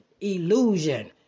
illusion